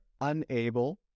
unable